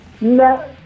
No